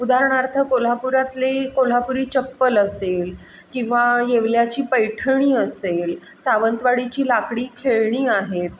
उदाहरणार्थ कोल्हापुरातले कोल्हापुरी चप्पल असेल किंवा येवल्याची पैठणी असेल सावंतवाडीची लाकडी खेळणी आहेत